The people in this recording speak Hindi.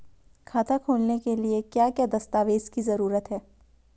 खाता खोलने के लिए क्या क्या दस्तावेज़ की जरूरत है?